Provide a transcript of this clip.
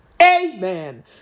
Amen